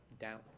down